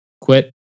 quit